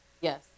Yes